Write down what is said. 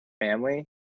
family